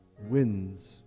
wins